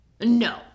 No